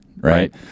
Right